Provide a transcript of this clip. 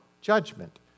judgment